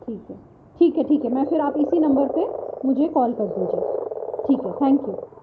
ٹھیک ہے ٹھیک ہے ٹھیک ہے میں پھر آپ اسی نمبر پہ مجھے کال کر دیجیے ٹھیک ہے تھینک یو